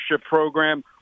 Program